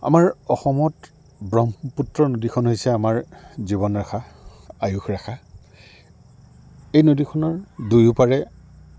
আমাৰ অসমত ব্ৰহ্মপুত্ৰ নদীখন হৈছে আমাৰ জীৱন ৰেখা আয়ুস ৰেখা এই নদীখনৰ দুয়ো পাৰে